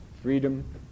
freedom